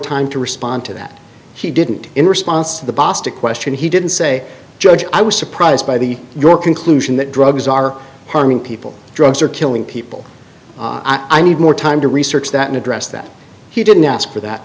time to respond to that he didn't in response to the boston question he didn't say judge i was surprised by the your conclusion that drugs are harming people drugs or killing people i need more time to research that an address that he didn't ask for that